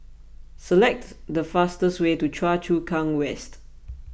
select the fastest way to Choa Chu Kang West